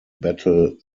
battle